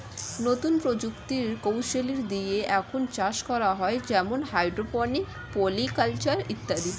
নতুন প্রযুক্তি কৌশলী দিয়ে এখন চাষ করা হয় যেমন হাইড্রোপনিক, পলি কালচার ইত্যাদি